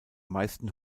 meisten